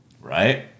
right